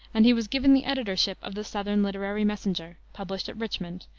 and he was given the editorship of the southern literary messenger, published at richmond,